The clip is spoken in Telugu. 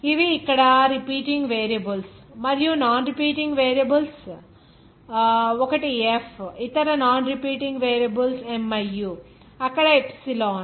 ఇవి ఇక్కడ రిపీటింగ్ వేరియబుల్స్ మరియు నాన్ రిపీటింగ్ వేరియబుల్స్ ఒకటి F ఇతర నాన్ రిపీటింగ్ వేరియబుల్స్ miu అక్కడ ఎప్సిలాన్